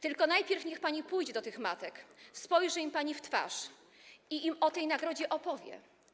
Tylko najpierw niech pani pójdzie do tych matek, spojrzy im pani w twarz i im o tej nagrodzie opowie.